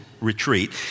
retreat